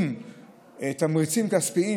עם תמריצים כספיים,